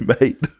mate